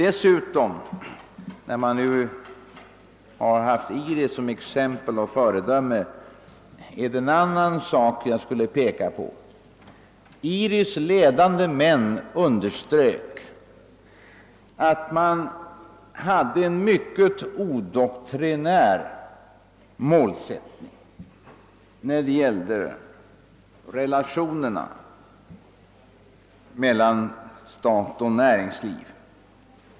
Eftersom IRI har använts som exempel och föredöme skulle jag också vilja peka på en annan sak. IRI:s ledande män underströk att man har en mycket odoktrinär inställning till relationerna mellan stat och näringsliv.